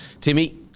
timmy